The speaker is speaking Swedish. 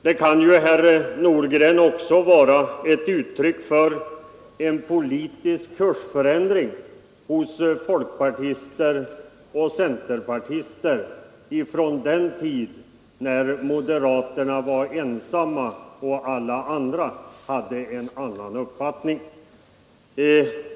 Det kan ju, herr Nordgren, också ha inträtt en politisk kursförändring hos folkpartister och centerpartister från den tid då moderaterna stod ensamma och alla andra hade en annan uppfattning.